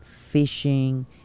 fishing